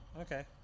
Okay